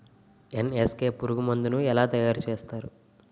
NSK పురుగు మందు ను ఎలా తయారు చేస్తారు?